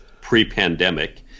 pre-pandemic